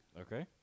Okay